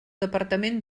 departament